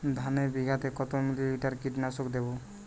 ধানে বিঘাতে কত মিলি লিটার কীটনাশক দেবো?